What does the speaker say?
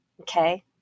okay